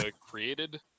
created